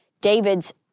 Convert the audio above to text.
David's